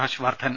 Harsh Vardhan